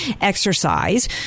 Exercise